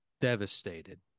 devastated